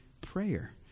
prayer